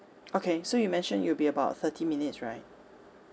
okay so you mentioned it will be about thirty minutes right